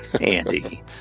Andy